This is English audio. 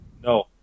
No